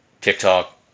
TikTok